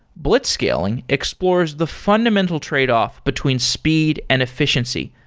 blitzscaling explores the fundamental tradeoff between speed and efficiency,